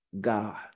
God